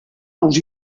aus